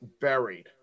buried